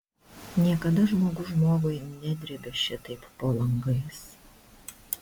niekada žmogus žmogui nedrėbė šitaip po langais